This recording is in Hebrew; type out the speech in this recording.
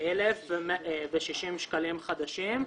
141,060 שקלים חדשים,